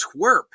twerp